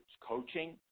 coaching